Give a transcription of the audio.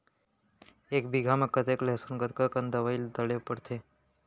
एक बीघा में कतेक लहसुन कतका कन दवई ल डाले ल पड़थे?